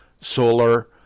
solar